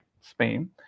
Spain